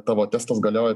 tavo testas galioja